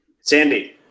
Sandy